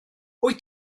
wyt